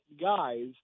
guys